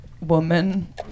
woman